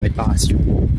réparation